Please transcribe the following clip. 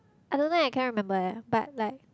I don't know eh I can't remember eh but like